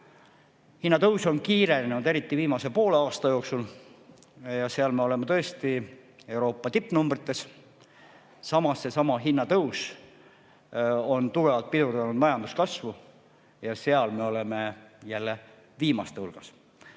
hinnatõusus. Hinnatõus on eriti viimase poole aasta jooksul kiirenenud ja seal on meil tõesti Euroopa tippnumbrid. Samas, seesama hinnatõus on tugevalt pidurdanud majanduskasvu ja seal me oleme jälle viimaste hulgas.